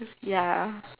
ya